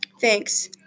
Thanks